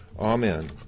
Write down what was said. Amen